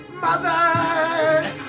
Mother